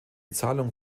zahlung